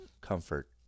comfort